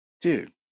Dude